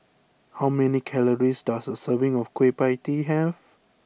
how many calories does a serving of Kueh Pie Tee have